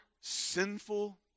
sinful